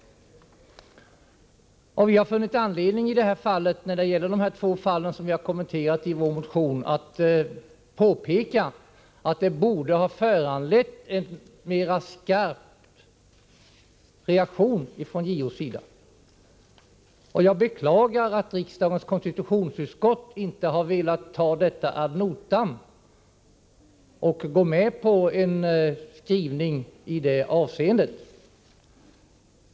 Vi har när det gäller de två fall vi har kommenterat i vår motion funnit anledning att påpeka att de borde föranlett en mera skarp reaktion ifrån JO. Jag beklagar att riksdagens konstitutionsutskott inte har velat ta detta ad notam och gå med på en skrivning av den innebörden.